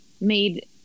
made